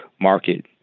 market